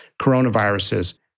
coronaviruses